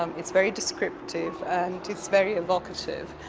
um it's very descriptive, and it's very evocative.